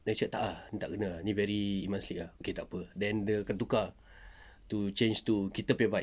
then macam tak ah ni tak kena ah ni very very iman's league ah okay tak apa then dia akan tukar to change to kita punya vibe